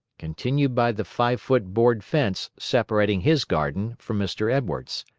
continued by the five-foot board fence separating his garden from mr. edwards's.